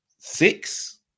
six